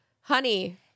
Honey